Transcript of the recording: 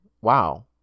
Wow